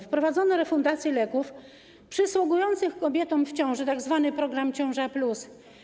Wprowadzono refundację leków przysługujących kobietom w ciąży, tzw. program „Ciąża+”